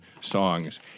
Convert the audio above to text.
songs